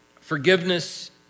forgiveness